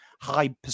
high